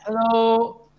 Hello